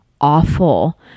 awful